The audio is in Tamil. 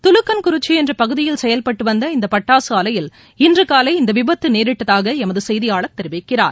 தலுக்கன் குறிச்சி என்ற பகுதியில் செயல்பட்டு வந்த இந்த பட்டாசு ஆலையில் இன்று காலை இந்த விபத்து நேரிட்டதாக எமது செய்தியாளர் தெரிவித்தார்